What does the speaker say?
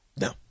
no